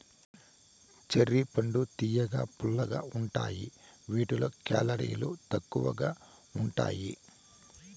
cherry పండ్లు తియ్యగా, పుల్లగా ఉంటాయి వీటిలో కేలరీలు తక్కువగా ఉంటాయి